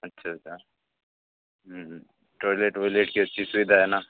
अच्छा अच्छा टोइलेट वोइलेट की अच्छी सुविधा है ना